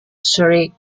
surrey